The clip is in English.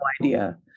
idea